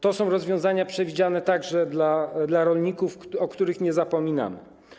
To są rozwiązania przewidziane także dla rolników, o których nie zapominamy.